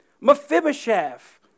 Mephibosheth